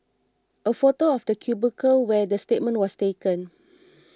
a photo of the cubicle where the statement was taken